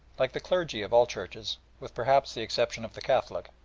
like the clergy of all churches, with, perhaps, the exception of the catholic,